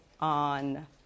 on